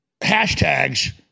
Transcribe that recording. hashtags